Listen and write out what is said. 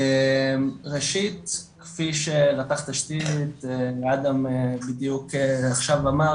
ראשית כפי שאדם בדיוק עכשיו אמר,